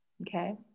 Okay